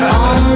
on